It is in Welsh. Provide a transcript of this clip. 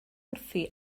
wrthi